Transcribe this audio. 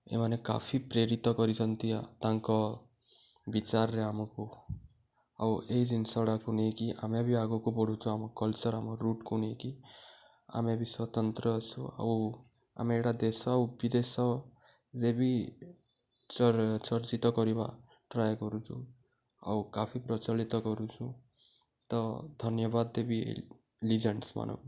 ଏମାନେ କାଫି ପ୍ରେରିତ କରିଛନ୍ତି ତାଙ୍କ ବିଚାରରେ ଆମକୁ ଆଉ ଏଇ ଜିନିଷ ଗୁଡ଼ାକୁ ନେଇକି ଆମେ ବି ଆଗକୁ ବଢ଼ୁଛୁ ଆମ କଲଚର୍ ଆମ ରୁଟ୍କୁ ନେଇକି ଆମେ ବି ସ୍ୱତନ୍ତ୍ର ଆସୁ ଆଉ ଆମେ ଏଇଟା ଦେଶ ଆଉ ବିଦେଶରେ ବି ଚ ଚର୍ଚ୍ଚିତ କରିବା ଟ୍ରାଏ କରୁଛୁ ଆଉ କାଫି ପ୍ରଚଳିତ କରୁଛୁ ତ ଧନ୍ୟବାଦ ଦେବି ଏଇ ଲିଜେଣ୍ଡସ୍ ମାନଙ୍କୁ